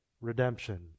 redemption